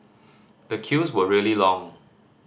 the queues were really long